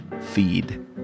feed